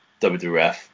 WWF